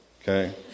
Okay